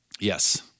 Yes